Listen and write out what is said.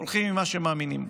הולכים עם מה שמאמינים בו?